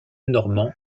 normand